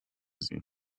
sie